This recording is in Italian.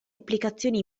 applicazioni